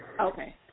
Okay